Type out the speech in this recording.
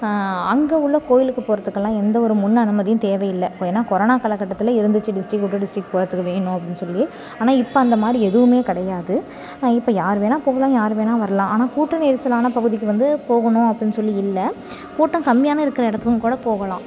அங்கே உள்ள கோவிலுக்கு போகிறத்துக்குலாம் எந்த ஒரு முன் அனுமதியும் தேவையில்லை இப்போ ஏன்னா கொரோனா காலக்கட்டத்தில் இருந்துச்சி டிஸ்டிக் விட்டு டிஸ்டிக் போகிறத்துக்கு வேணும் அப்படின்னு சொல்லி ஆனால் இப்போ அந்த மாதிரி எதுவும் கிடையாது இப்போ யார் வேணுணா போகலாம் யார் வேணுணா வரலாம் ஆனால் கூட்ட நெரிசலான பகுதிக்கு வந்து போகணும் அப்படின்னு சொல்லி இல்லை கூட்டம் கம்மியான இருக்கிற இடத்துக்கும் கூட போகலாம்